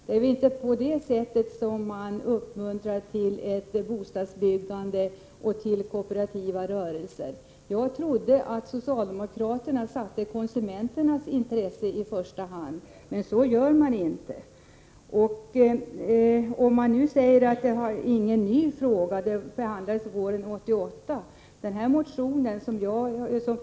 Det är väl inte på det sättet som man uppmuntrar till ett bostadsbyggande och till kooperativa rörelser. Jag trodde att socialdemokraterna satte konsumenternas intresse i första rummet, men det gör de inte. Socialdemokraterna säger att detta inte är någon ny fråga, eftersom den behandlades våren 1988.